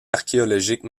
archéologique